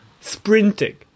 sprinting